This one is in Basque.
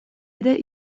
ere